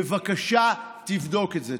בבקשה תבדוק את זה.